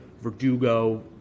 Verdugo